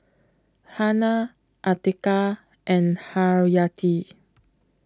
Hana Atiqah and Haryati